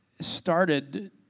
started